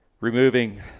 removing